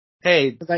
Hey